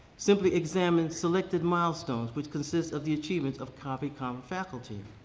simply examine selected milestones which consist of the achievements of cave canem faculty.